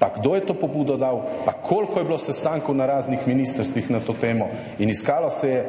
pa kdo je to pobudo dal, pa koliko je bilo sestankov na raznih ministrstvih na to temo, in iskalo se je